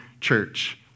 church